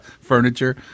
furniture